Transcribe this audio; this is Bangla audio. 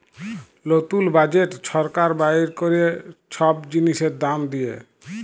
লতুল বাজেট ছরকার বাইর ক্যরে ছব জিলিসের দাম দিঁয়ে